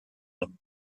them